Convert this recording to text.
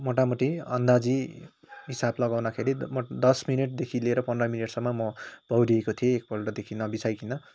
मोटामोटी अन्दाजी हिसाब लगाउँदाखेरि दस मिनटदेखि लिएर पन्ध्र मिनटसम्म म पौढिएको थिएँ एकपल्टदेखि नबिसाइकन